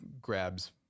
grabs